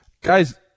Guys